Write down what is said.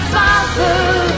Father